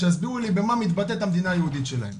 שיסבירו לי במה מתבטאת המדינה היהודית שלהם.